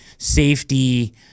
safety